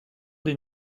des